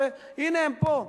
והנה הם פה.